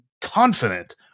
confident